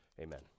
Amen